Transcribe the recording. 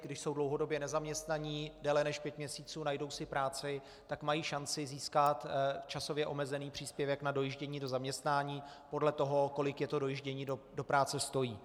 Když jsou dlouhodobě nezaměstnaní, déle než pět měsíců, a najdou si práci, tak mají šanci získat časově omezený příspěvek na dojíždění do zaměstnání podle toho, kolik je dojíždění do práce stojí.